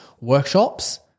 workshops